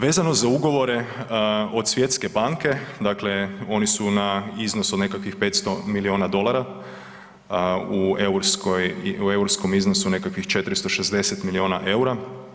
Vezano za ugovore od Svjetske banke, dakle oni su na iznosu od nekakvih 500 milijuna dolara, u europskom iznosu nekakvih 460 milijuna eura.